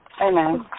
Amen